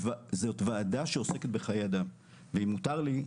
אם מותר לי,